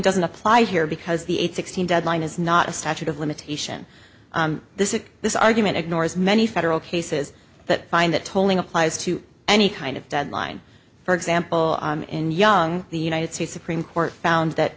doesn't apply here because the eight sixteen deadline is not a statute of limitation this is this argument ignores many federal cases that find that tolling applies to any kind of deadline for example in young the united states supreme court found that